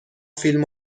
فیلم